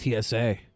TSA